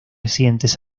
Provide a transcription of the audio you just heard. recientes